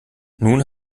nun